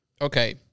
okay